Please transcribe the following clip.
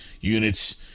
units